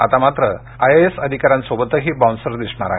आता मात्र आयएएस अधिकाऱ्यांसोबतही बाऊन्सर दिसणार आहेत